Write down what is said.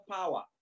Power